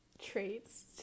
traits